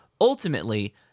ultimately